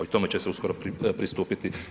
O tome će se uskoro pristupiti.